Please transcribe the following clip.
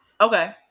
Okay